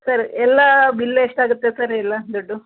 sir ಎಲ್ಲ bill ಎಷ್ಟಾಗುತ್ತೆ sir ಎಲ್ಲ ದುಡ್ಡು